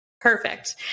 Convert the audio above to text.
Perfect